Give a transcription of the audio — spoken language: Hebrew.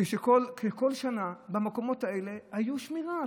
כשכל שנה במקומות האלה הייתה שמירה,